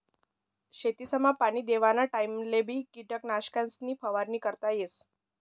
शेतसमा पाणी देवाना टाइमलेबी किटकनाशकेसनी फवारणी करता येस